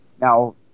now